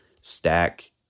stack